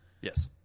Yes